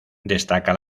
destaca